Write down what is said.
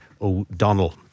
O'Donnell